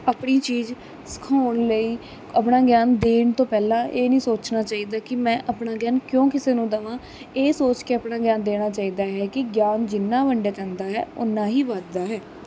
ਆਪਣੀ ਚੀਜ਼ ਸਿਖਾਉਣ ਲਈ ਆਪਣਾ ਗਿਆਨ ਦੇਣ ਤੋਂ ਪਹਿਲਾਂ ਇਹ ਨਹੀਂ ਸੋਚਣਾ ਚਾਹੀਦਾ ਕਿ ਮੈਂ ਆਪਣਾ ਗਿਆਨ ਕਿਉਂ ਕਿਸੇ ਨੂੰ ਦਵਾਂ ਇਹ ਸੋਚ ਕੇ ਆਪਣਾ ਗਿਆਨ ਦੇਣਾ ਚਾਹੀਦਾ ਹੈ ਕਿ ਗਿਆਨ ਜਿੰਨਾ ਵੰਡਿਆ ਜਾਂਦਾ ਹੈ ਓਨਾ ਹੀ ਵੱਧਦਾ ਹੈ